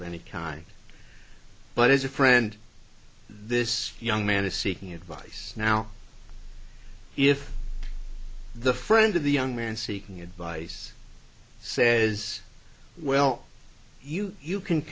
of any kind but as a friend this young man is seeking advice now if the friend of the young man seeking advice says well you you can